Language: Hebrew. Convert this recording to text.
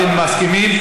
אתם מסכימים?